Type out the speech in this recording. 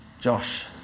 Josh